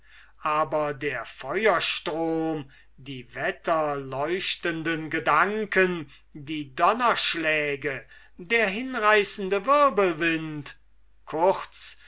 aber der feuerstrom die wetterleuchtenden gedanken die donnerschläge der hinreißende wirbelwind kurz